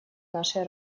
нашей